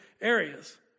areas